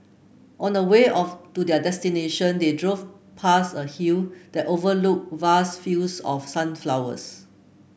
on the way of to their destination they drove past a hill that overlooked vast fields of sunflowers